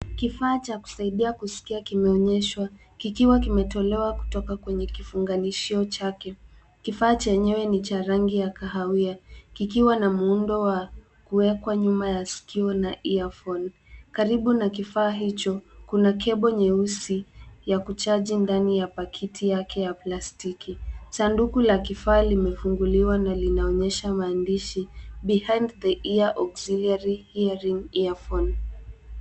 Kifaa cha kusaidia kusikia kimeonyeshwa, kikiwa kimetolewa kutoka kwenye kifunganishio chake. Kifaa chenyewe ni cha rangi ya kahawia, kikiwa na muundo wa kuwekwa nyuma ya sikio la earphone . Karibu na kifaa hicho, kuna kebo nyeusi ya kuchaji ndani ya pakiti yake ya plastiki. Sanduku la kifaa limefunguliwa na linaonyesha maandishi [cs ]behind the ear auxiliary hearing earphone .